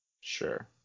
sure